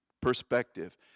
perspective